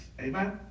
Amen